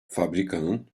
fabrikanın